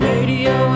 Radio